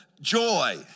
joy